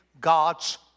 God's